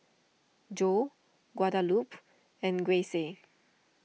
Jo Guadalupe and Grayce